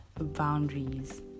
Boundaries